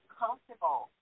comfortable